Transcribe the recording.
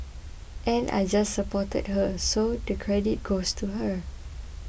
and I just supported her so the credit goes to her